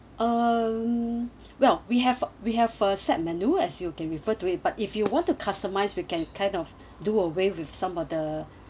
um well we have we have a set menu as you can refer to it but if you want to customise we can kind of do away with some of the